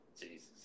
Jesus